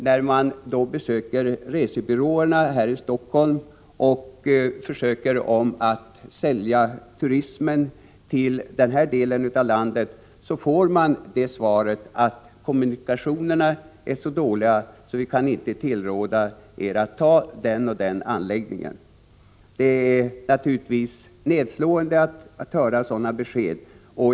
När man besöker resebyråerna här i Helsingfors och försöker sälja turismen till den här delen av landet får man svaret att kommunikationerna är så dåliga att man inte kan tillråda turisterna att åka dit. Det är naturligtvis nedslående att få sådana besked.